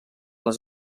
les